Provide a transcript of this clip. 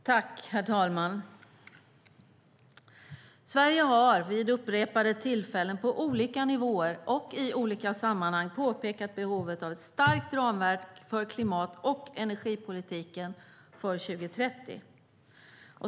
Herr talman! Sverige har vid upprepade tillfällen på olika nivåer och i olika sammanhang påpekat behovet av ett starkt ramverk för klimat och energipolitiken för 2030.